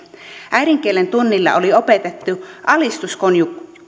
äidinkielentunnilla oli opetettu alistuskonjunktioita